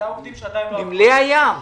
שידווח נמלי הים.